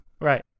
Right